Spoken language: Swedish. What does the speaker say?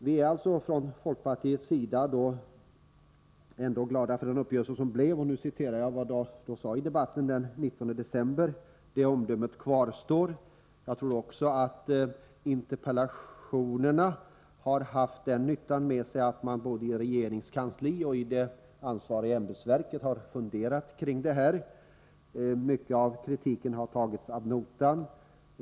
Vi är alltså från folkpartiets sida ändå glada för den uppgörelse som kom till stånd, som jag också sade i debatten den 19 december, och det omdömet kvarstår. Jag tror också att interpellationerna har haft den nyttan med sig att man både i regeringskansliet och i det ansvariga ämbetsverket har funderat på detta. Mycket av kritiken har tagits ad notam.